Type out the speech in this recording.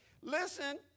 Listen